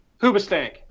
Hoobastank